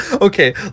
Okay